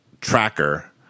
tracker